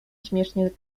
śmiesznie